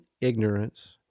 ignorance